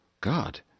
God